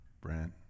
Brent